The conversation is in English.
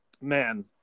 Man